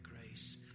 grace